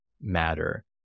matter